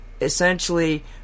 essentially